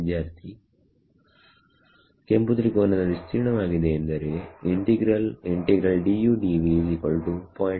ವಿದ್ಯಾರ್ಥಿ ಕೆಂಪು ತ್ರಿಕೋನದ ವಿಸ್ತೀರ್ಣವಾಗಿದೆಏಕೆಂದರೆ